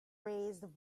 raised